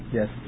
Yes